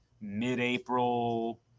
mid-April